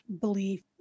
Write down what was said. belief